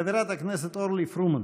חברת הכנסת אורלי פרומן.